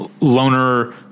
loner